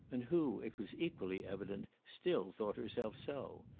and who, it was equally evident, still thought herself so.